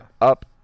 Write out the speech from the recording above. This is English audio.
up